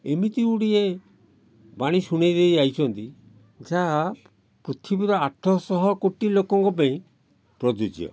ଏମିତିଗୁଡ଼ିଏ ବାଣୀ ଶୁଣେଇ ଦେଇ ଯାଇଛନ୍ତି ଯାହା ପୃଥିବୀର ଆଠଶହ କୋଟି ଲୋକଙ୍କ ପାଇଁ ପ୍ରଯୁଜ୍ୟ